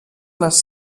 les